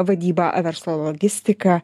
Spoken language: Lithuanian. vadyba verslo logistika